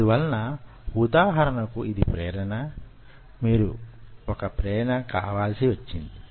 అందువలన ఉదాహరణ కు ఇది ప్రేరణ మీకు వొక ప్రేరణ కావలసి వచ్చింది